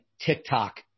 TikTok